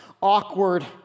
awkward